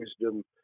wisdom